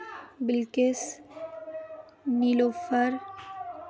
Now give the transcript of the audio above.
Bilquis Nilofar